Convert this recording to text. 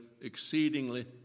exceedingly